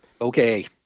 Okay